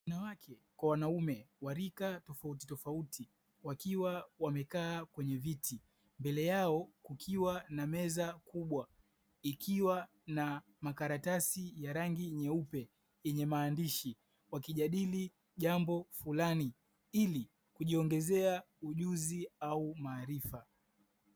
Wanawake kwa wanaume wa rika tofautitofauti wakiwa wamekaa kwenye viti mbele yao kukiwa na meza kubwa, ikiwa na makaratasi ya rangi nyeupe yenye maandishi. Wakijadili jambo fulani, ili kujiongezea ujuzi au maarifa.